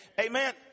Amen